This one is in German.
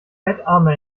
fettarme